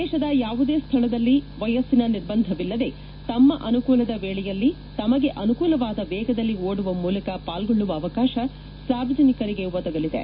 ದೇಶದ ಯಾವುದೇ ಸ್ಥಳದಲ್ಲಿ ವಯಸ್ಸಿನ ನಿರ್ಬಂಧವಿಲ್ಲದೇ ತಮ್ಮ ಅನುಕೂಲದ ವೇಳೆಯಲ್ಲಿ ತಮಗೆ ಅನುಕೂಲವಾದ ವೇಗದಲ್ಲಿ ಓಡುವ ಮೂಲಕ ಪಾಲ್ಗೊಳ್ಳುವ ಅವಕಾಶ ಸಾರ್ವಜನಿಕರಿಗೆ ಒದಗಲಿದೆ